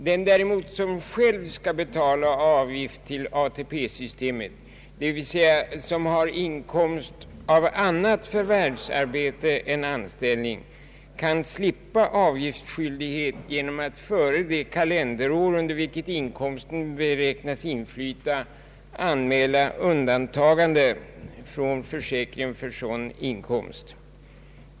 Den däremot som själv skall betala avgift till ATP-systemet, d.v.s. som har inkomst av annat förvärvsarbete än anställning, kan slippa avgiftsskyldighet genom att före det kalenderår under vilket inkomsten beräknas inflyta anmäla undantagande från försäkringen för sådan inkomst.